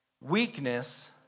Weakness